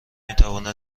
میتواند